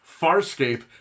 Farscape